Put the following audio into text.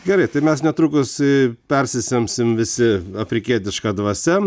gerai tai mes netrukus į persisemsim visi afrikietiška dvasia